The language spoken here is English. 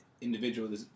individual